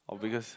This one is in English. or because